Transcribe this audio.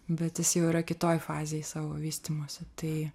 bet jis jau yra kitoj fazėj savo vystymosi tai